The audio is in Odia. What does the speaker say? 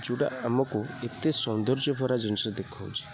ଯେଉଁଟା ଆମକୁ ଏତେ ସୌନ୍ଦର୍ଯ୍ୟଭରା ଜିନିଷ ଦେଖାଉଛି